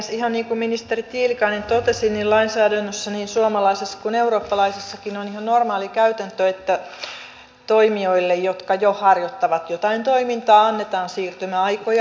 ihan niin kuin ministeri tiilikainen totesi lainsäädännössä niin suomalaisessa kuin eurooppalaisessakin on ihan normaali käytäntö että toimijoille jotka jo harjoittavat jotain toimintaa annetaan siirtymäaikoja